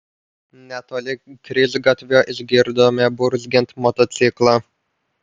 netoli kryžgatvio išgirdome burzgiant motociklą